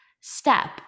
step